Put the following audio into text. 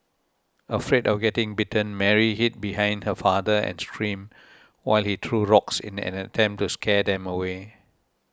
afraid of getting bitten Mary hid behind her father and screamed while he threw rocks in an attempt to scare them away